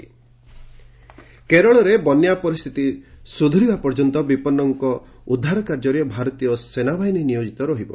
Kerala rain army କେରଳରେ ବନ୍ୟା ପରିସ୍ଥିତି ସୁଧୁରିବା ପର୍ଯ୍ୟନ୍ତ ବିପନ୍ନଙ୍କ ଉଦ୍ଧାର କାର୍ଯ୍ୟରେ ଭାରତୀୟ ସେନା ବାହିନୀ ନିୟୋଜିତ ରହିବ